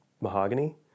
mahogany